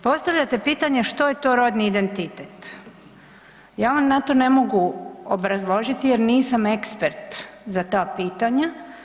Postavljate pitanje što je to rodni identitet, ja vam na to ne mogu obrazložiti jer nisam ekspert za ta pitanja.